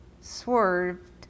swerved